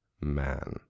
man